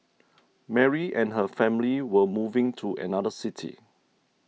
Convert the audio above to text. Mary and her family were moving to another city